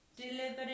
Delivering